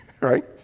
Right